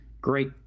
great